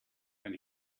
when